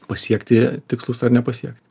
pasiekti tikslus ar nepasiekt